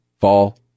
Fall